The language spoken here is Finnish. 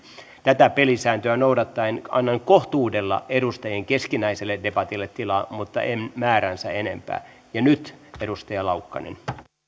tätä pelisääntöä noudattaen annan kohtuudella edustajien keskinäiselle debatille tilaa mutta en määräänsä enempää ja nyt edustaja laukkanen